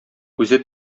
үзе